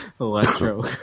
electro